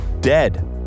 Dead